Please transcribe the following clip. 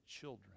children